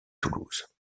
toulouse